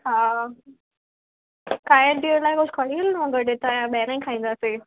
हा खाइण पीअण लाइ कुझु खणी हलिणो आहे गॾु हितां या ॿाहिरां खाईंदासीं